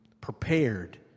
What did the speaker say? Prepared